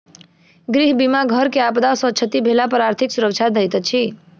गृह बीमा घर के आपदा सॅ क्षति भेला पर आर्थिक सुरक्षा दैत अछि